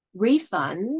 refunds